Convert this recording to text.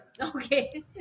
Okay